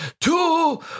two